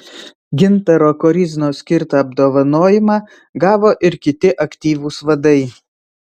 gintaro koryznos skirtą apdovanojimą gavo ir kiti aktyvūs vadai